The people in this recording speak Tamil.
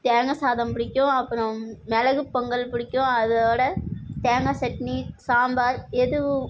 தேங்காய் சாதம் பிடிக்கும் அப்புறம் மிளகு பொங்கல் பிடிக்கும் அதோடு தேங்காய் சட்னி சாம்பார் எதுவும்